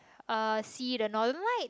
uh see the Northern light